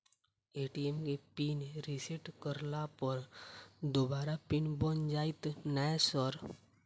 ATM केँ PIN reset करला पर दोबारा पिन बन जाइत नै सर?